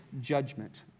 judgment